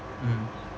mm